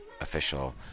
official